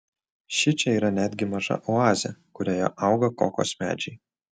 šičia yra netgi maža oazė kurioje auga kokos medžiai